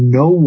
no